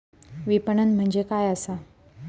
विपणन म्हणजे काय असा?